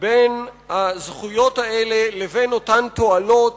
בין הזכויות האלה לבין אותן תועלות